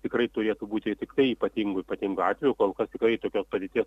tikrai turėtų būti tiktai ypatingu ypatingu atveju kol kas tikrai tokios padėties